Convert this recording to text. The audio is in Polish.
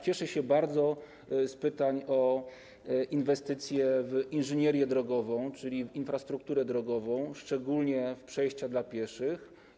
Cieszę się bardzo z pytań o inwestycje w inżynierię drogową, czyli w infrastrukturę drogową, szczególnie przejścia dla pieszych.